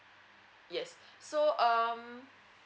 yes so um